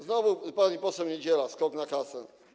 Znowu pani poseł Niedziela: skok na kasę.